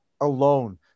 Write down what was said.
alone